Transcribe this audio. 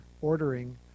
ordering